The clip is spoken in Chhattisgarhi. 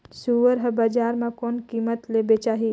सुअर हर बजार मां कोन कीमत ले बेचाही?